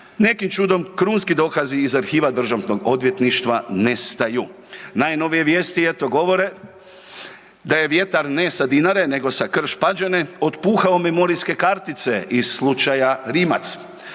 nekim čudom, krunski dokazi iz arhiva DORH-a nestaju. Najnovije vijesti eto, govore da je vjetar, ne sa Dinare, nego sa Krš-Pađene otpuhao memorijske kartice iz slučaja Rimac.